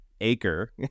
acre